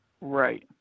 right